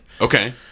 okay